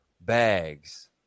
bags